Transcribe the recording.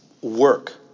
work